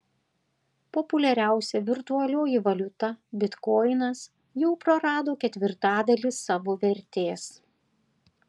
populiariausia virtualioji valiuta bitkoinas jau prarado ketvirtadalį savo vertės